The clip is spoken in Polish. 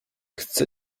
chcę